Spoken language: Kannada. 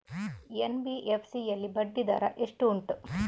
ಎನ್.ಬಿ.ಎಫ್.ಸಿ ಯಲ್ಲಿ ಬಡ್ಡಿ ದರ ಎಷ್ಟು ಉಂಟು?